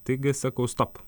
taigi sakau stop